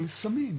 לסמים,